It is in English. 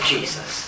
Jesus